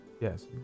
yes